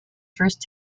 first